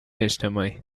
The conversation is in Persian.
اجتماعی